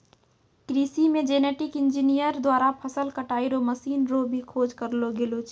कृषि मे genetic engineer द्वारा फसल कटाई रो मशीन रो भी खोज करलो गेलो छै